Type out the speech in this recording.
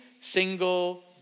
single